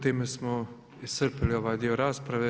Time smo iscrpili ovaj dio rasprave.